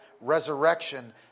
resurrection